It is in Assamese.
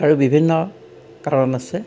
আৰু বিভিন্ন কাৰণ আছে